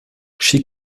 she